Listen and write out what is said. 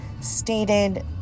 stated